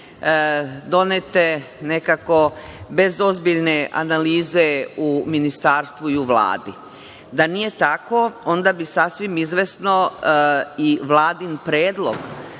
donete nekako bez ozbiljne analize u ministarstvu i u Vladi. Da nije tako, onda bi sasvim izvesno i Vladin predlog